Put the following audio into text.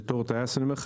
בתור טייס אני אומר לך,